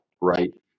right